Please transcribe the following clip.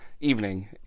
evening